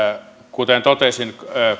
kuten totesin